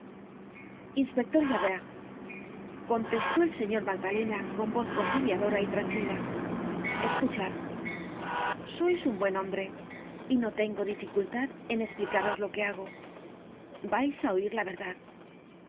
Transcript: inspector javert contestó el señor magdalena con voz conciliadora y tranquila escuchad sois un buen hombre y no tengo dificultad en esplicaros lo que hago vais á oir la verdad